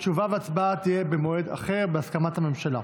תשובה והצבעה יהיו במועד אחר, בהסכמת הממשלה.